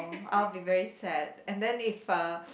oh I'll be very sad and then if uh